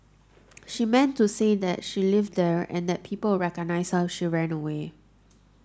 she meant to say that she lived there and that people would recognise her if she ran away